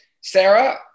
Sarah